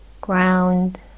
ground